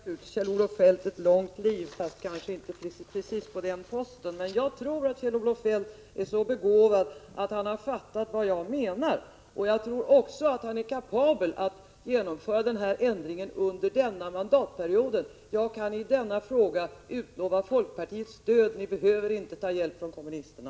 Herr talman! Jag önskar naturligtvis Kjell-Olof Feldt ett långt liv, fast inte precis på posten som finansminister. Jag tror dock han är så begåvad att han fattat vad jag menar, och jag tror också att han är kapabel att genomföra denna ändring under denna mandatperiod. Jag kan i denna fråga utlova folkpartiets stöd. Ni behöver inte ta hjälp från kommunisterna.